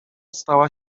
stała